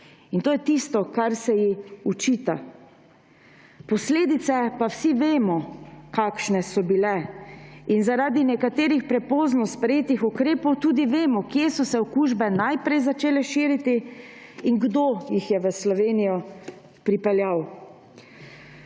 In to je tisto, kar se ji očita. Posledice pa vsi vemo, kakšne so bile. In zaradi nekaterih prepozno sprejetih ukrepih tudi vemo, kje so se okužbe najprej začele širiti in kdo jih je v Slovenijo pripeljal.